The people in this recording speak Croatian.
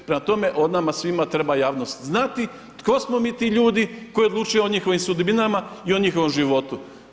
Prema tome, o nama svima treba javnost znati tko smo mi ti ljudi koji odlučujemo o njihovim sudbinama i o njihovom životu.